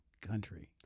country